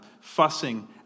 fussing